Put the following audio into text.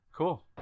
Cool